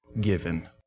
given